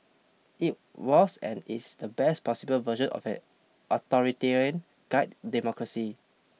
it was and is the best possible version of an authoritarian guide democracy